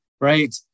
right